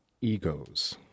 egos